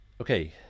Okay